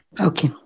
Okay